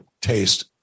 taste